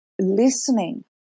Listening